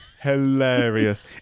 hilarious